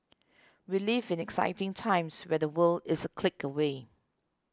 we live in exciting times where the world is a click away